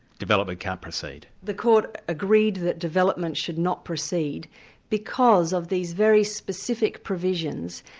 development can't proceed. the court agreed that development should not proceed because of these very specific provisions,